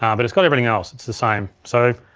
um but it's got everything else, it's the same. so,